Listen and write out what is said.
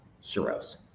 heroes